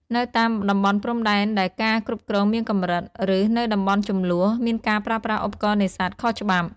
នៅតាមតំបន់ព្រំដែនដែលការគ្រប់គ្រងមានកម្រិត ឬនៅតំបន់ជម្លោះ មានការប្រើប្រាស់ឧបករណ៍នេសាទខុសច្បាប់។